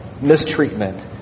mistreatment